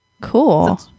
cool